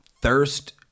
thirst